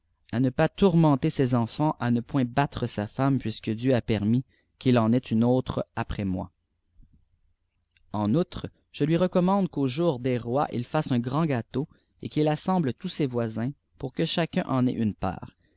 à ne pas tourbenter ses emànts à ne pppithattre sa femme puisque dieu a pénnis u'fl en ait yne autçé après moi en outre je lui recommande ju'au jour des rois il fassç un grnd âteàp et qufl assemble tous ses voisins pour que chacun n ait une part